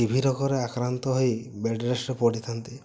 ଟି B ରୋଗରେ ଆକ୍ରାନ୍ତ ହୋଇ ବେଡ଼୍ ରେଷ୍ଟ୍ରେ ପଡ଼ିଥାନ୍ତି